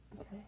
Okay